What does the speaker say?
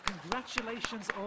Congratulations